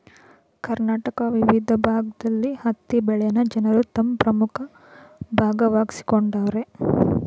ಕರ್ನಾಟಕದ ವಿವಿದ್ ಭಾಗ್ದಲ್ಲಿ ಹತ್ತಿ ಬೆಳೆನ ಜನರು ತಮ್ ಪ್ರಮುಖ ಭಾಗವಾಗ್ಸಿಕೊಂಡವರೆ